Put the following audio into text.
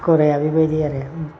गराया बिबायदि आरो